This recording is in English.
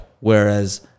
whereas